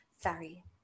sorry